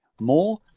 more